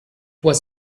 was